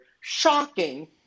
shocking